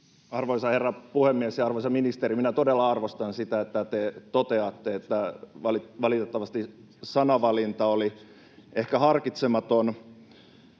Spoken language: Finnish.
Arvoisa herra puhemies! Arvoisa ministeri, minä todella arvostan sitä, että te toteatte, että valitettavasti sanavalinta oli ehkä harkitsematon.